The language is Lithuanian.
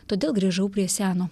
todėl grįžau prie seno